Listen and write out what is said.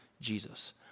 Jesus